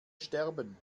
sterben